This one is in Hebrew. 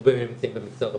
הרבה מהם נמצאים במגזר הפרטי,